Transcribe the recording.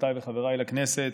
חברותיי וחבריי לכנסת,